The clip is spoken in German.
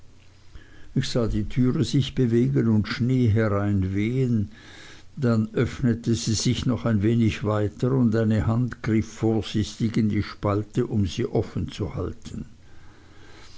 ich sah die türe sich bewegen und schnee hereinwehen dann öffnete sie sich noch ein wenig weiter und eine hand griff vorsichtig in die spalte um sie offen zu halten